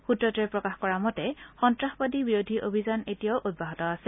সূত্ৰটোৱে প্ৰকাশ কৰা মতে সন্তাসবাদী বিৰোধী অভিযান এতিয়াও অব্যাহত আছে